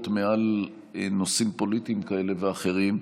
מעל נושאים פוליטיים כאלה ואחרים,